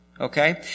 okay